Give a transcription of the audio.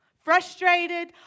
Frustrated